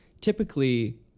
typically